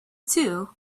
two